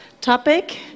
topic